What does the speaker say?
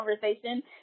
conversation